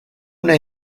una